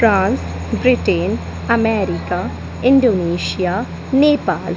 France Britain America Indonesia Nepal